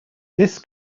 this